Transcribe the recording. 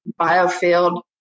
biofield